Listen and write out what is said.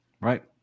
Right